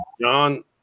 John